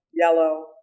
yellow